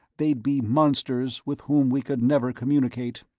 they'd be monsters with whom we could never communicate.